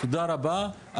תודה רבה,